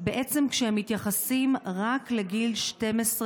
בעצם כשהם מתייחסים רק לגיל 12 ומעלה,